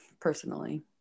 personally